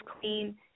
clean